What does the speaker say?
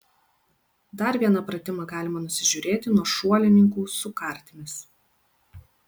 dar vieną pratimą galima nusižiūrėti nuo šuolininkų su kartimis